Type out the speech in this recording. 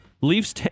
Leafs